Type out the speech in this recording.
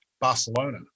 Barcelona